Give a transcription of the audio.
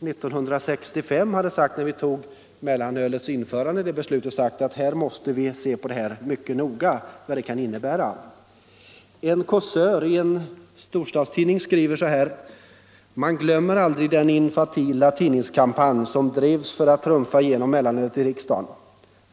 1965, när beslutet togs om mellanölets införande, hade sagt att vi måste se mycket noga på vad detta kan innebära. En kåsör i en storstadstidning skriver: ”Jag glömmer aldrig den infantila tidningskampanj som drevs för att trumfa genom mellanölet i riksdagen.